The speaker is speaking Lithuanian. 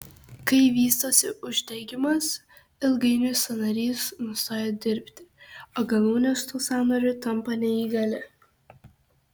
kai vystosi uždegimas ilgainiui sąnarys nustoja dirbti o galūnė su tuo sąnariu tampa neįgali